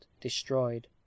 destroyed